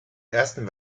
ersten